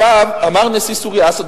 אמר נשיא סוריה אסד,